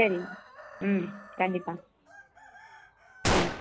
சரி ம் கண்டிப்பாக ம்